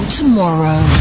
tomorrow